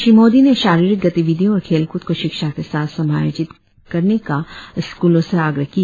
श्री मोदी ने शारीरिक गतिविधियों और खेलकूद को शिक्षा के साथ समायोजित करने का स्कूलों से आग्रह किया